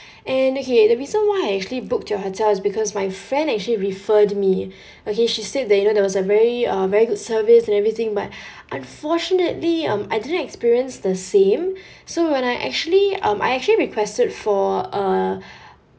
and okay the reason why I actually booked your hotel is because my friend actually referred me okay she said that you know there was a very uh very good service and everything but unfortunately um I didn't experience the same so when I actually um I actually requested for a